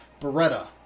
Beretta